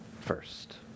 first